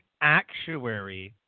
actuary